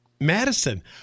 Madison